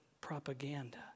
propaganda